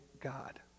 God